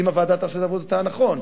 אם הוועדה תעשה את עבודתה נכון,